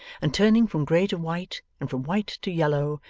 and turning from grey to white, and from white to yellow,